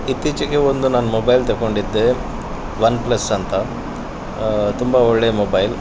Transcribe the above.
ಇತ್ತೀಚೆಗೆ ಒಂದು ನಾನು ಮೊಬೈಲ್ ತೊಗೊಂಡಿದ್ದೆ ಒನ್ ಪ್ಲಸ್ ಅಂತ ತುಂಬ ಒಳ್ಳೆ ಮೊಬೈಲ್